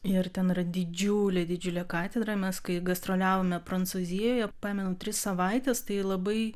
ir ten yra didžiulė didžiulė katedra mes kai gastroliavome prancūzijoje pamenu tris savaites tai labai